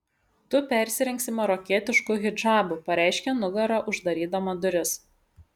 tu persirengsi marokietišku hidžabu pareiškė nugara uždarydama duris